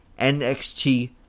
NXT